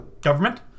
government